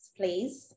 please